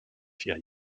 vier